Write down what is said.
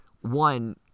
one